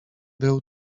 był